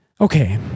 Okay